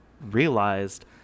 realized